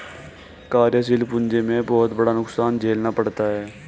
कार्यशील पूंजी में बहुत बड़ा नुकसान झेलना पड़ता है